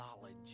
knowledge